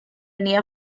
near